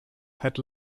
had